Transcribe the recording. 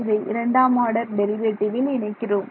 இதை இரண்டாம் order derivative இல் இணைக்கிறோம்